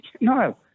No